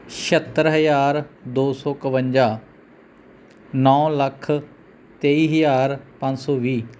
ਛਿਹੱਤਰ ਹਜ਼ਾਰ ਦੋ ਸੌ ਇਕਵੰਜਾ ਨੌ ਲੱਖ ਤੇਈ ਹਜ਼ਾਰ ਪੰਜ ਸੌ ਵੀਹ